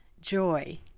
joy